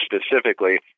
specifically